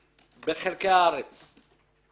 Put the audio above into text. משמעותית בעניין הזה,